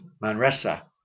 Manresa